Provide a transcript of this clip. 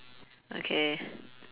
okay